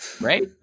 right